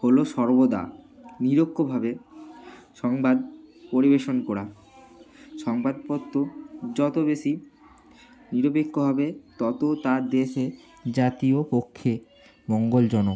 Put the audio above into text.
হল সর্বদা নিরপেক্ষভাবে সংবাদ পরিবেশন করা সংবাদপত্র যত বেশি নিরপেক্ষ হবে তত তার দেশে জাতীয় পক্ষে মঙ্গলজনক